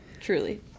truly